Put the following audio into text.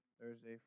Thursday